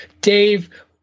Dave